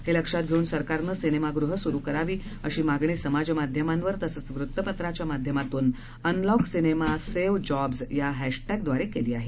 हे लक्षात घेऊन सरकारनं सिनेमागृह सुरु करावेत अशी मागणी समाजमाध्यमावर तसंच वृत्तपत्राच्या माध्यमातून अनलॉक सिनेमा सेव जॉब्स या इध्येटिद्विरे केली आहे